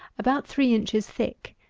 about three inches thick,